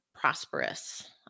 prosperous